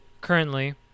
currently